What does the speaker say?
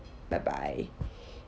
bye bye